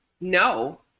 no